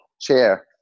Chair